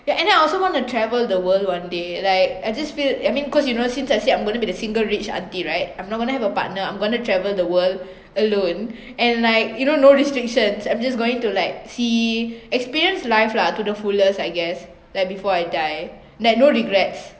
ya and then I also want to travel the world one day like I just feel I mean cause you know since I said I'm gonna be the single rich auntie right I'm not gonna have a partner I'm gonna to travel the world alone and like you know no restrictions I'm just going to like see experience life lah to the fullest I guess like before I die like no regrets